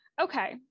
Okay